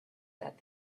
that